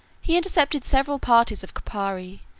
he intercepted several parties of carpi,